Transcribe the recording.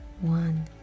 One